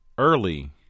Early